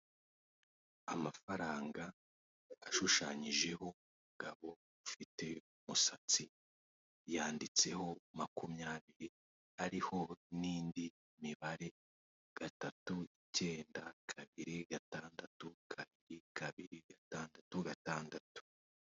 Amafaranga ashushanyijeho umugabo ,ufite umusatsi yanditseho makumyabiri ariho n'indi mibare: gatatu, icyenda ,kabiri ,gatandatu , kabiri, gatandatu, gatandatu.